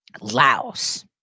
Laos